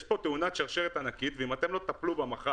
יש פה תאונת שרשרת ענקית ואם אתם לא תטפלו בה מחר